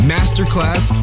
Masterclass